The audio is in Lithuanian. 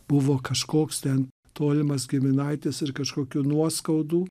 buvo kažkoks ten tolimas giminaitis ir kažkokių nuoskaudų